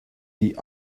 die